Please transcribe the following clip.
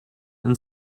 and